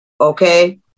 okay